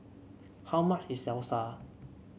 how much is Salsa